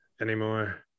anymore